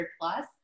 plus